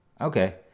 okay